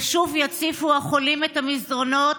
ושוב יציפו החולים את המסדרונות,